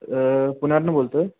पुण्यावरुन बोलतोय